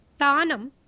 Tanam